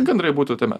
gandrai būtų tame